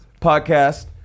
podcast